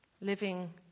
Living